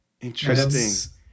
interesting